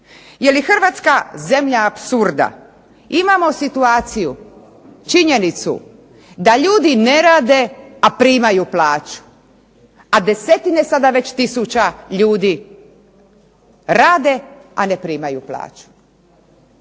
Jeli Hrvatska zemlja apsurda? Imamo situaciju, činjenicu da ljudi ne rade a primaju plaću, a desetine već sada tisuća ljudi rade a ne primaju plaću.